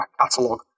catalog